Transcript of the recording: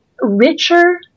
richer